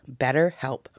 BetterHelp